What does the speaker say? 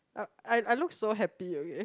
I I look so happy okay